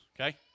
Okay